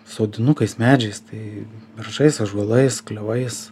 sodinukais medžiais tai beržais ąžuolais klevais